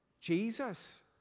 Jesus